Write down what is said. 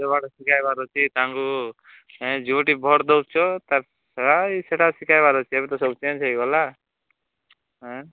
ତାଙ୍କୁ ଏଁ ଯେଉଁଠି ଭୋଟ୍ ଦଉଛୁ ତା ରେଇ ସେଟା ଶିଖେଇବାର ଅଛି ଏବେ ତ ସବୁ ଚେଞ୍ଜ ହେଇଗଲା ହଁ